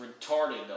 retarded